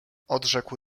odrzekł